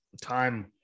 time